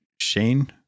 shane